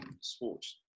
sports